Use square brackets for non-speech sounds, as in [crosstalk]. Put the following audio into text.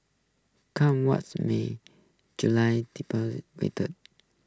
come what may July [unintelligible] waiter